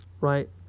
right